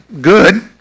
good